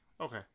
okay